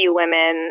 women